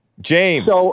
James